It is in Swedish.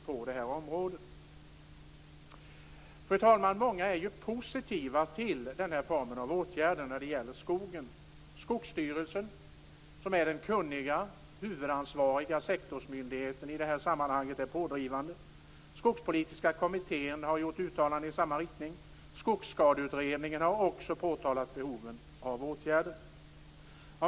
Fru talman! Många är positiva till den här typen av åtgärder när det gäller skogen. Skogsstyrelsen är den kunniga och huvudansvariga sektorsmyndigheten är pådrivande. Skogspolitiska kommittén har gjort uttalanden i samma riktning. Skogsskadeutredningen har också påtalat behovet av åtgärder.